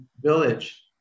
village